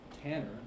Tanner